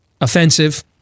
offensive